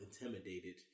intimidated